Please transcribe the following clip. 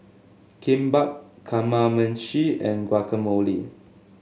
Kimbap Kamameshi and Guacamole